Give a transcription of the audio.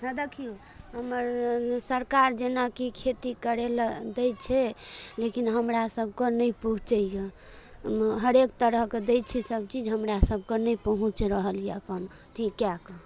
हँ देखियौ हमर सरकार जेना कि खेती करै लए दै छै लेकिन हमरा सभके नहि पहुँचैये हरेक तरहके दै छै सभ चीज हमरा सभके नहि पहुँच रहल यऽ एखन से किएक